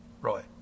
Roy